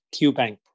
QBank